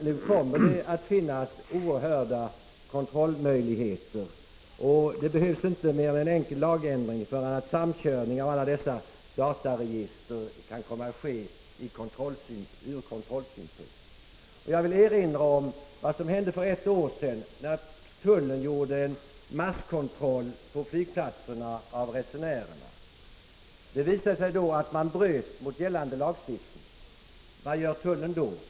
Nu kommer det att finnas el oerhörda kontrollmöjligheter, och det behövs inte mer än en enkel lagändring för att samkörning av dataregister kan komma att ske ur kontrollsynpunkt. Jag vill erinra om vad som hände för ett år sedan, när tullen gjorde en masskontroll av resenärer på flygplatserna. Det visade sig att man bröt mot gällande lagstiftning. Vad gör tullen då?